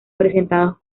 presentados